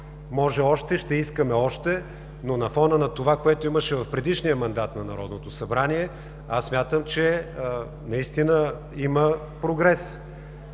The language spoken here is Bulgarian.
Може още, ще искаме още, но на фона на това, което имаше в предишния мандат на Народното събрание, аз смятам, че наистина има прогрес.